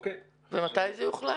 ומתי זה יוחלט?